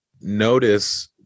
notice